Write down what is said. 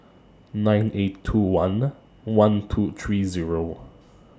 nine eight two one one two three Zero